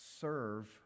serve